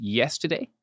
yesterday